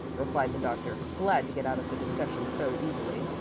replied the doctor, glad to get out of the discussion so easily.